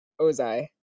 Ozai